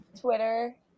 Twitter